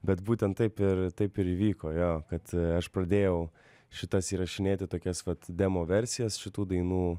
bet būtent taip ir taip ir įvyko jo kad aš pradėjau šitas įrašinėti tokias vat demo versijas šitų dainų